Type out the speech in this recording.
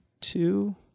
two